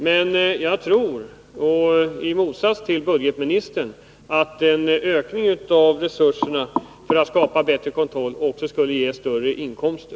Men i motsats till budgetministern tror jag att en ökning av resurserna för att skapa bättre kontroll också skulle ge större inkomster.